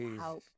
help